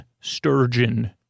sturgeon